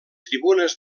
tribunes